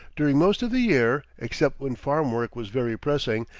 during most of the year, except when farm work was very pressing,